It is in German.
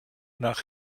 nach